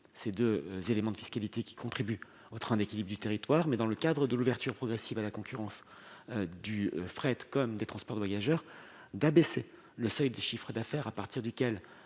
ces deux éléments de fiscalité, qui contribuent au développement des trains d'équilibre du territoire. Notre objectif, dans le cadre de l'ouverture progressive à la concurrence du fret comme du transport de voyageurs, est d'abaisser le seuil de chiffre d'affaires à partir duquel